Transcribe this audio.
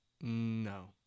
no